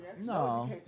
No